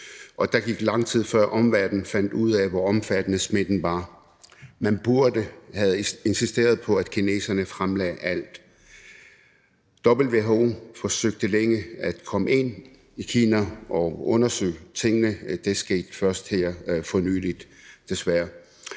og der gik lang tid, før omverdenen fandt ud af, hvor omfattende smitten var. Man burde have insisteret på, at kineserne fremlagde alt. WHO forsøgte længe at komme ind i Kina og undersøge tingene – det skete først her for nylig, desværre.